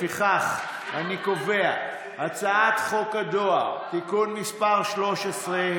לפיכך אני קובע כי חוק הדואר (תיקון מס' 13),